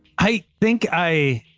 i think i.